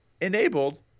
enabled